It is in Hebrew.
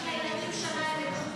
אין, אי-אפשר, אי-אפשר.